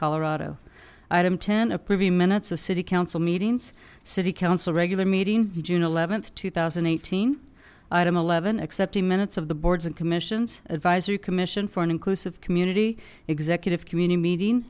colorado i am ten a preview minutes of city council meetings city council regular meeting june eleventh two thousand and eighteen item eleven except the minutes of the boards and commissions advisory commission for an inclusive community executive community meeting